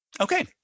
Okay